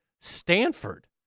Stanford